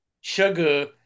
Sugar